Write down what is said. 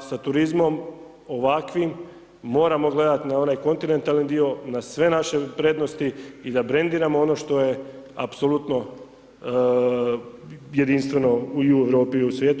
sa turizmom ovakvim moramo gledati na onaj kontinentalni dio, na sve naše prednosti i da brendiramo ono što je apsolutno jedinstveno i u Europi i u svijetu.